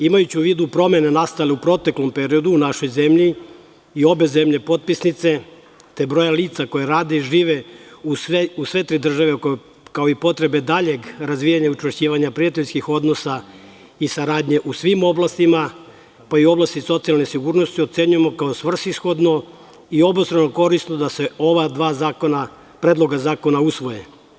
Imajući u vidu promene nastale u proteklom periodu u našoj zemlji i obe zemlje potpisnice, broja lica koja rade i žive u tim državama, kao i potrebe daljeg razvijanja i učvršćivanja prijateljskih odnosa i saradnje u svim oblastima, pa i u oblasti socijalne sigurnosti, ocenjujemo kao svrsishodno i obostrano korisno da se ova dva Predloga zakona usvoje.